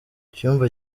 icyumba